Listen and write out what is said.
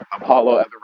Apollo